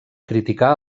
criticar